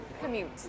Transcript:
commute